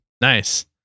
Nice